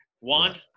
One